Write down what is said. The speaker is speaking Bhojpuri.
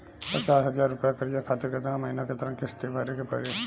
पचास हज़ार रुपया कर्जा खातिर केतना महीना केतना किश्ती भरे के पड़ी?